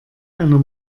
einer